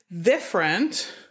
different